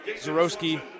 Zorowski